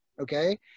okay